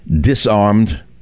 disarmed